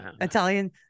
Italian